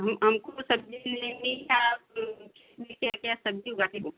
हम हमको सब्ज़ी लेनी क्या आप क्या सब्ज़ी उगाई हैं